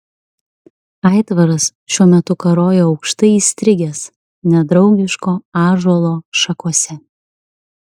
aitvaras šiuo metu karojo aukštai įstrigęs nedraugiško ąžuolo šakose